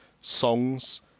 songs